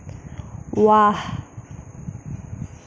ৱাহ